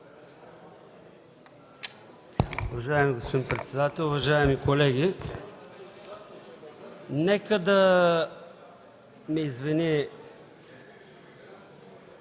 Уважаеми господин председател, уважаеми колеги! Нека да ме извини